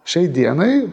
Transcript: šiai dienai